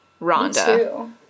Rhonda